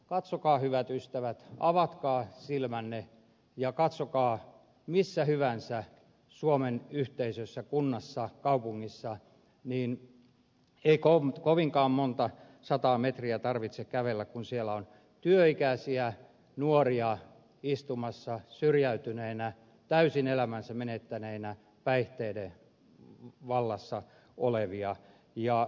katsokaa hyvät ystävät avatkaa silmänne ja katsokaa missä hyvänsä suomen yhteisössä kunnassa kaupungissa niin ei kovinkaan monta sataa metriä tarvitse kävellä kun siellä on työikäisiä nuoria istumassa syrjäytyneinä täysin elämänsä menettäneinä päihteiden vallassa olevina